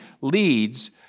leads